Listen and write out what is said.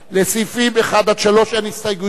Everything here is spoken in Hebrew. לסעיפים 1 3 אין הסתייגויות.